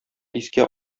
искә